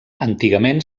antigament